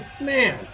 Man